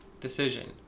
decision